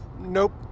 Nope